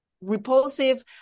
repulsive